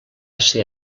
ser